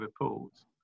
reports